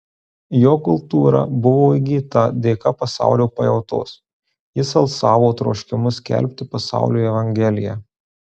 jo kultūra buvo įgyta dėka pasaulio pajautos jis alsavo troškimu skelbti pasauliui evangeliją